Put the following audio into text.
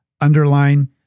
Underline